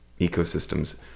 ecosystems